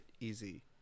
easy